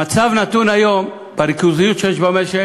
המצב הנתון היום, בריכוזיות שיש במשק,